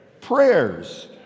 prayers